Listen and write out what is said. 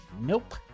Nope